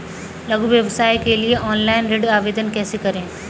लघु व्यवसाय के लिए ऑनलाइन ऋण आवेदन कैसे करें?